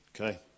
Okay